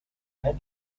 red